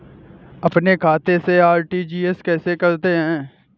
अपने खाते से आर.टी.जी.एस कैसे करते हैं?